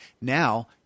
Now